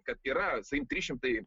kad yra sakykim trys šimtai